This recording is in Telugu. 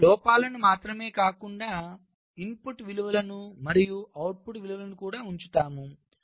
మనము లోపాలను మాత్రమే కాకుండా ఇన్పుట్ విలువలను మరియు అవుట్పుట్ విలువను కూడా ఉంచుతాము